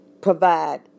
provide